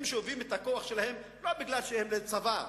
הם שואבים את הכוח שלהם לא בגלל שהם צבא,